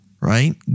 right